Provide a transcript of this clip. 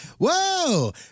whoa